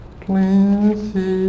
cleanse